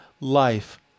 life